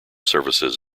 services